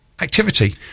activity